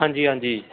ਹਾਂਜੀ ਹਾਂਜੀ